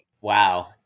Wow